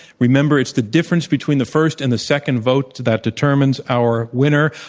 remember, it's the difference between the first and the second votes that determines our winner.